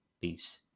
Peace